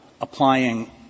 applying